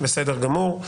בסדר גמור,